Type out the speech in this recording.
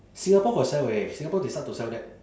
singapore got sell eh singapore they start to sell that